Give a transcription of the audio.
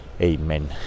Amen